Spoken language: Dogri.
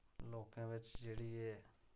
लोकें बिच्च जेह्ड़ी एह्